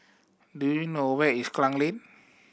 do you know where is Klang Lane